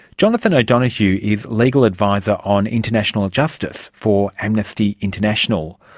jonathan o'donohue is legal adviser on international justice for amnesty international.